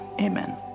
Amen